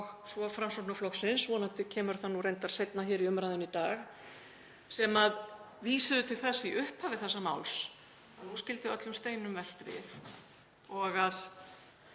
svo Framsóknarflokksins, vonandi kemur það nú reyndar seinna í umræðunni í dag, sem vísuðu til þess í upphafi þessa máls að nú skyldi öllum steinum velt við og ef